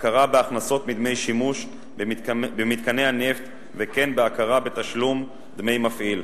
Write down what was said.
הכרה בהכנסות מדמי שימוש במתקני הנפט וכן הכרה בתשלום דמי מפעיל.